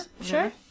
sure